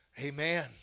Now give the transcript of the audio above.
amen